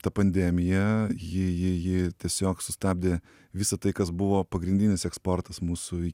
ta pandemija ji ji ji tiesiog sustabdė visa tai kas buvo pagrindinis eksportas mūsų į